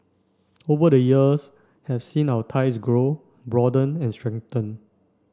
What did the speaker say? over the years have seen our ties grow broaden and strengthen